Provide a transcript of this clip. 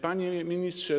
Panie Ministrze!